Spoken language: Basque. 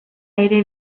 ere